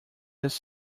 this